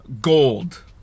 gold